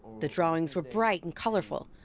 the drawings were bright and colorful,